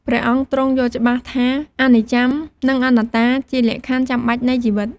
ព្រះអង្គទ្រង់យល់ច្បាស់ថា អនិច្ចំ និងអនត្តាជាលក្ខខណ្ឌចាំបាច់នៃជីវិត។